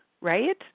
right